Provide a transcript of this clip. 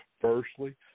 Firstly